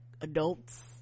adults